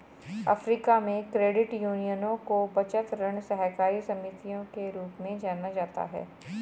Africa में, credit यूनियनों को बचत, ऋण सहकारी समितियों के रूप में जाना जाता है